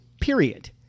period